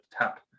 tap